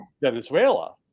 Venezuela